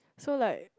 so like